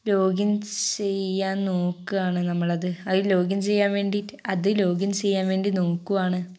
login ചെയ്യാൻ നോ ക്കുകയാണ് നമ്മൾ അത് അത് ലോഗിൻ ചെയ്യാൻ വേണ്ടിയിട്ട് അത് ലോഗിൻ ചെയ്യാൻ വേണ്ടി നോക്കുകയാണ്